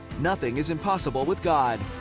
nothing is impossible with god.